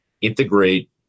integrate